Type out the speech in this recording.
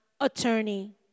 attorney